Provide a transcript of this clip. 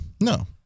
No